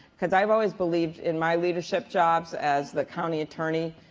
because i've always believed in my leadership jobs as the county attorney,